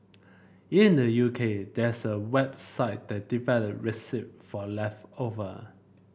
in the U K there's a website that develop recipe for leftover